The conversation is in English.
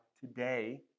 today